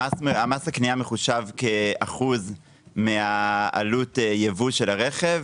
מס הקנייה מחושב כאחוז מהעלות יבוא של הרכב,